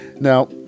Now